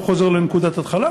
או חוזר לנקודת ההתחלה.